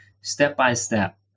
step-by-step